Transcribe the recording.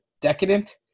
decadent